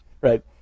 right